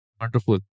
Wonderful